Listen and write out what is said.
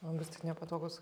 man vis tiek nepatogūs